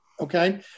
Okay